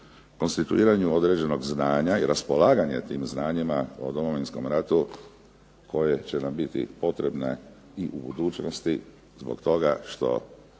kontinuiranju određenog znanja i raspolaganjem tim znanjima o Domovinskom ratu koje će nam biti potrebne i u budućnosti zbog toga što